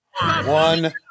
one